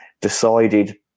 decided